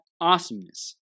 awesomeness